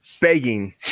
begging